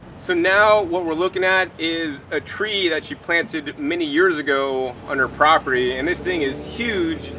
so now what we're looking at is a tree that she planted many years ago on her property. and this thing is huge.